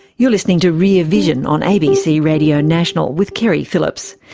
you're listening to rear vision on abc radio national, with keri phillips.